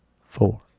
four